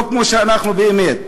לא כמו שאנחנו באמת.